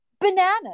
bananas